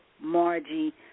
Margie